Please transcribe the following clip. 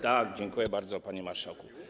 Tak, dziękuję bardzo, panie marszałku.